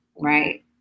right